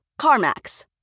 CarMax